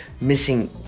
missing